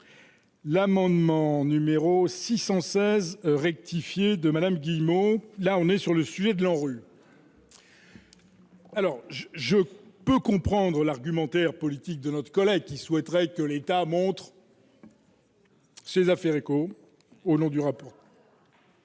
L'amendement numéro 616 rectifié de madame Guillemot, là on est sur le sujet de l'ANRU. Alors je peux comprendre l'argumentaire politique de notre collègue qui souhaiterait que l'État montre. Ces affaires écho au nom du rapport.